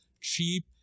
cheap